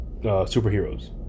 superheroes